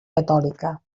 catòlica